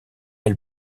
elle